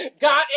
God